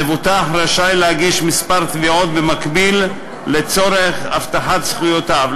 מבוטח רשאי להגיש כמה תביעות במקביל לצורך הבטחת זכויותיו.